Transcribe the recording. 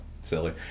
silly